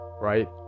right